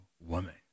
woman